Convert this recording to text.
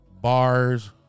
Bars